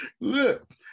Look